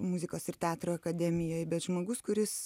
muzikos ir teatro akademijoj bet žmogus kuris